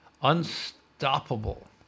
unstoppable